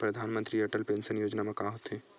परधानमंतरी अटल पेंशन योजना मा का होथे?